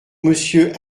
monsieur